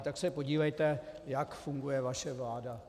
Tak se podívejte, jak funguje vaše vláda.